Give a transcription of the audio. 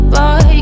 Boy